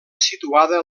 situada